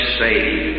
saved